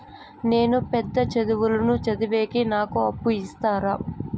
నేను పెద్ద చదువులు చదివేకి నాకు అప్పు ఇస్తారా